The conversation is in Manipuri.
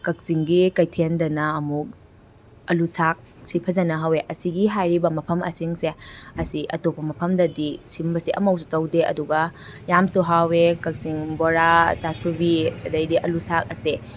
ꯀꯛꯆꯤꯡꯒꯤ ꯀꯩꯊꯦꯜꯗꯅ ꯑꯃꯨꯛ ꯑꯥꯜꯂꯨꯁꯥꯛ ꯁꯤ ꯐꯖꯅ ꯍꯥꯎꯑꯦ ꯑꯁꯤꯒꯤ ꯍꯥꯏꯔꯤꯕ ꯃꯐꯝ ꯑꯁꯤꯡꯁꯦ ꯑꯁꯤ ꯑꯇꯣꯞꯄ ꯃꯐꯝꯗꯗꯤ ꯁꯤꯒꯨꯝꯕꯁꯦ ꯑꯃ ꯐꯥꯎꯁꯨ ꯇꯧꯗꯦ ꯑꯗꯨꯒ ꯌꯥꯝꯁꯨ ꯍꯥꯎꯋꯦ ꯀꯛꯆꯤꯡ ꯕꯣꯔꯥ ꯆꯥꯁꯨꯕꯤ ꯑꯗꯒꯤꯗꯤ ꯑꯥꯜꯂꯨ ꯁꯥꯛ ꯑꯁꯦ